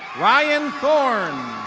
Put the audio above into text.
ryan thorn.